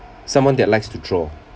someone that likes to draw